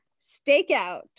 Stakeout